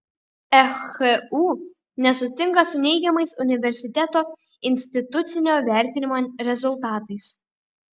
ehu nesutinka su neigiamais universiteto institucinio vertinimo rezultatais